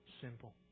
simple